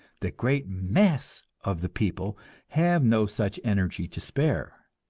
the great mass of the people have no such energy to spare.